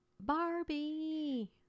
barbie